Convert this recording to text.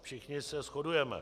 Všichni se shodujeme.